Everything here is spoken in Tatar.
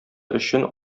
өчен